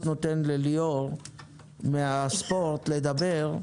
נותן לליאור שאלתיאל מן הספורט לדבר.